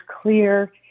clear